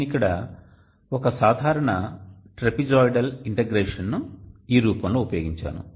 నేను ఇక్కడ ఒక సాధారణ ట్రాపెజోయిడల్ ఇంటిగ్రేషన్ను ఈ రూపంలో ఉపయోగించాను